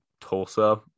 Tulsa